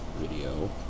video